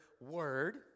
word